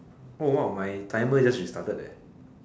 oh !wow! my timer just restarted eh